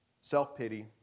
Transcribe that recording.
self-pity